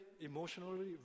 emotionally